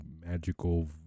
magical